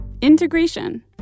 Integration